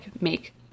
make